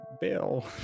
Bill